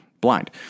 blind